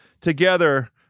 together